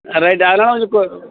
right அதனால் கொஞ்சம் கொ